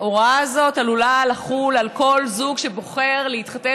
ההוראה הזאת עלולה לחול על כל זוג שבוחר להתחתן